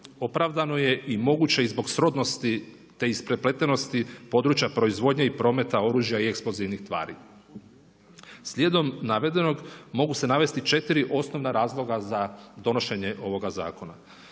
opravdano je i moguće i zbog srodnosti te isprepletenosti područja proizvodnje i prometa oružja i eksplozivnih tvari. Slijedom navedenog mogu se navesti četiri osnovna razloga za donošenje ovoga zakona.